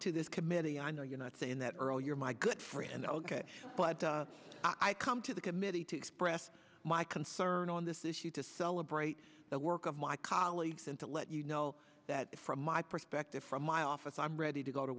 to this committee i know you're not saying that earl you're my good friend ok but i come to the committee to express my concern on this issue to celebrate the work of my colleagues and to let you know that from my perspective from my office i'm ready to go to